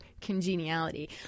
congeniality